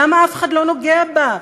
למה אף אחד לא נוגע בה?